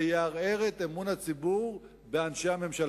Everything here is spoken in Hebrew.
זה יערער את אמון הציבור באנשי הממשלה.